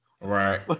Right